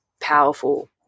powerful